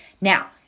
Now